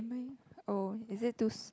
oh is it too